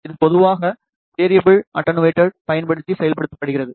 இது பொதுவாக வேறியபிள் அட்டென்யூட்டரைப் பயன்படுத்தி செயல்படுத்தப்படுகிறது